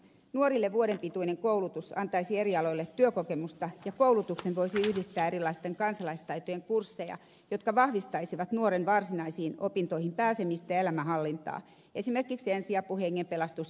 nuorille vuoden pituinen koulutus antaisi eri aloille työkokemusta ja koulutukseen voisi yhdistää erilaisten kansalaistaitojen kursseja jotka vahvistaisivat nuoren varsinaisiin opintoihin pääsemistä ja elämänhallintaa esimerkiksi ensiapu hengenpelastus hygieniapassikurssi ja niin edelleen